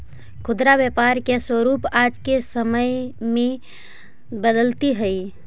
खुदरा व्यापार के स्वरूप आज के समय में बदलित हइ